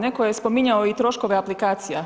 Neko je spominjao i troškove aplikacija.